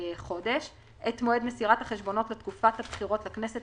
חודש - את מועד מסירת החשבונות לתקופת הבחירות לכנסת